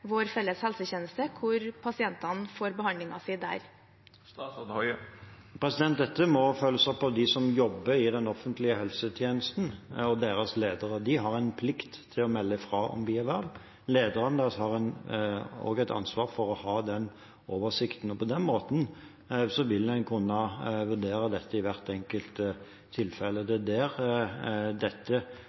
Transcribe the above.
vår felles helsetjeneste, hvor pasientene får behandlingen sin der? Dette må følges opp av dem som jobber i den offentlige helsetjenesten, og deres ledere. De har en plikt til å melde fra om bierverv. Lederne har også et ansvar for å ha den oversikten, og på den måten vil en kunne vurdere dette i hvert enkelt tilfelle. Det er der dette